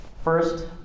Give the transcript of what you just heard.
First